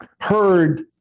heard